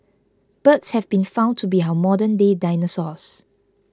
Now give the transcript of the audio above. birds have been found to be our modernday dinosaurs